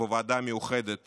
בוועדה מיוחדת